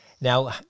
Now